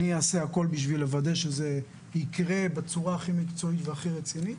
אני אעשה הכל כדי לוודא שזה יקרה בצורה הכי מקצועית והכי רצינית.